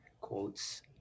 quotes